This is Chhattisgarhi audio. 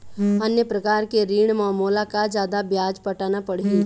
अन्य प्रकार के ऋण म मोला का जादा ब्याज पटाना पड़ही?